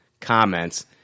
comments